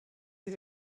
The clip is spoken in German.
sie